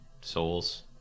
souls